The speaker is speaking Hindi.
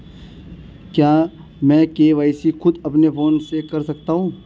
क्या मैं के.वाई.सी खुद अपने फोन से कर सकता हूँ?